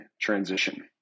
transition